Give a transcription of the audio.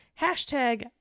hashtag